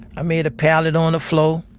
i made a pallet on the floor,